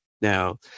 Now